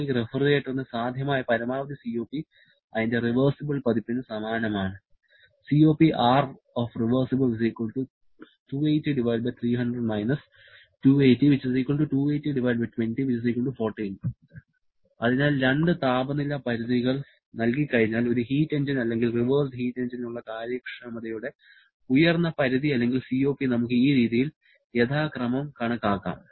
അപ്പോൾ ഈ റഫ്രിജറേറ്ററിന് സാധ്യമായ പരമാവധി COP അതിന്റെ റിവേർസിബിൾ പതിപ്പിന് സമാനമാണ് അതിനാൽ രണ്ട് താപനില പരിധികൾ നൽകി കഴിഞ്ഞാൽ ഒരു ഹീറ്റ് എഞ്ചിൻ അല്ലെങ്കിൽ റിവേഴ്സ്ഡ് ഹീറ്റ് എഞ്ചിനുള്ള കാര്യക്ഷമതയുടെ ഉയർന്ന പരിധി അല്ലെങ്കിൽ COP നമുക്ക് ഈ രീതിയിൽ യഥാക്രമം കണക്കാക്കാം